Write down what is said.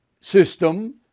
system